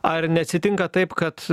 ar neatsitinka taip kad